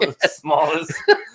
smallest